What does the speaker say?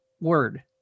word